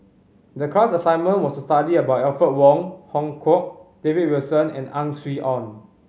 the class assignment was to study about Alfred Wong Hong Kwok David Wilson and Ang Swee Aun